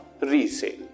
resale